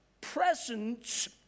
presence